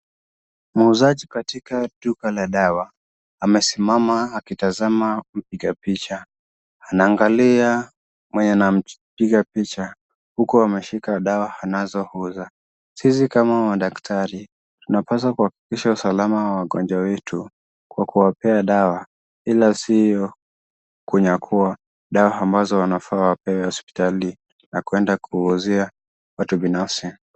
Muuzaji katika duka la dawa. Amesimama akitazama mpiga picha. Anaangalia mwenye anampiga picha huku ameshika dawa anazouza. Sisi kama madaktari, tunapaswa kuhakikisha usalama wa wagonjwa wetu kwa kuwapea dawa, ila sio kunyakua dawa ambazo wanafaa wapewe hospitali na kwenda kuuzia watu binafsi.